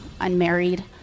unmarried